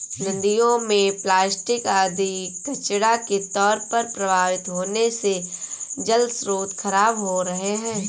नदियों में प्लास्टिक आदि कचड़ा के तौर पर प्रवाहित होने से जलस्रोत खराब हो रहे हैं